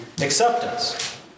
acceptance